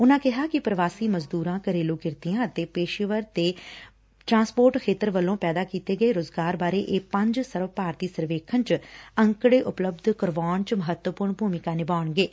ਉਨੂਾਂ ਕਿਹਾ ਕਿ ਪੁਵਾਸੀ ਮਜ਼ਦੁਰਾਂ ਘਰੇਲੂ ਕਿਰਤੀਆਂ ਅਤੇ ਪੇਸ਼ੇਵਰਾਂ ਅਤੇ ਪਰਿਵਹਨ ਟਰਾਂਸਪੋਰਟ ਖੇਤਰ ਵੱਲੋਂ ਪੈਦਾ ਕੀਤੇ ਗਏ ਰੁਜ਼ਗਾਰ ਬਾਰੇ ਇਹ ਪੰਜ ਸਰਵ ਭਾਰਤੀ ਸਰਵੇਖਣ ਚ ਅੰਕੜੇ ਉਪਲਬੱਧ ਕਰਾਉਣ ਚ ਮਹੱਤਵਪੁਰਨ ਭੂਮਿਕਾ ਨਿਭਾਉਣਗੇ